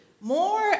more